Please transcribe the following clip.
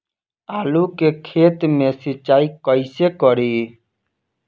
आलू के खेत मे सिचाई कइसे करीं?